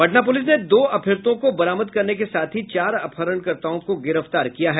Patna police ने दो अपहतों को बरामद करने के साथ ही चार अपहरणकर्ताओं को गिरफ्तार किया है